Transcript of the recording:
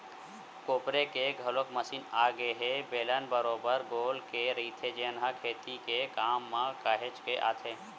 कोपरे के घलोक मसीन आगे ए ह बेलन बरोबर बने गोल के रहिथे जेन खेती के काम म काहेच के आथे